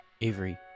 Avery